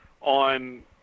on